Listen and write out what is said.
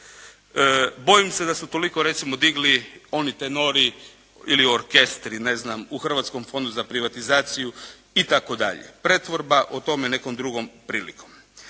Bojim se da su toliko recimo digli oni tenori ili orkestri, ne znam, u Hrvatskom fondu za privatizaciju itd. Pretvorba, o tome nekom drugom prilikom.